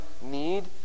need